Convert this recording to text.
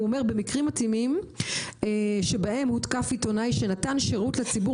הוא אומר "במקרים מתאימים שבהם הותקף עיתונאי שנתן שירות לציבור